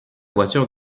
voiture